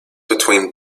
between